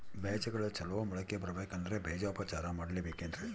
ಬೇಜಗಳು ಚಲೋ ಮೊಳಕೆ ಬರಬೇಕಂದ್ರೆ ಬೇಜೋಪಚಾರ ಮಾಡಲೆಬೇಕೆನ್ರಿ?